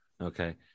Okay